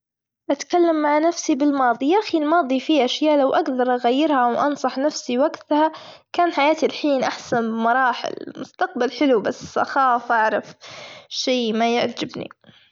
أتكلم مع نفسي بالماضي يا أخي الماضي في أشياء لو أجدر أغيرها، أو انصح نفسي وجتها كان حياتي الحين أحسن بمراحل، مستقبل حلو بس أخاف أعرف شي ما يعجبني.